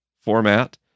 format